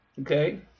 okay